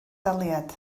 daliad